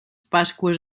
pasqües